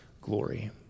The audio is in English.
glory